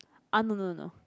ah no no no no